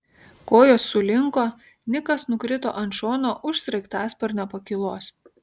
kojos sulinko nikas nukrito ant šono už sraigtasparnio pakylos